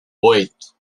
oito